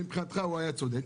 שמבחינתך היה צודק,